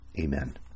Amen